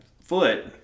foot